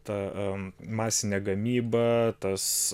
ta masinė gamyba tas